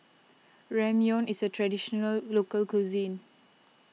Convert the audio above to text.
Ramyeon is a Traditional Local Cuisine